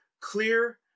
clear